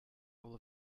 will